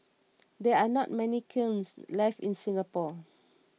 there are not many kilns left in Singapore